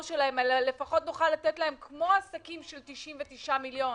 אלא לפחות ניתן להם כמו עסקים של 99 מיליון,